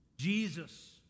Jesus